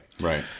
Right